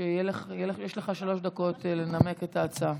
יש לך שלוש דקות לנמק את ההצעה.